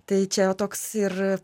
tai čia toks ir